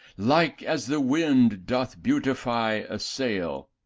like as the wind doth beautify a sail,